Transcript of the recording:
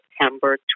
September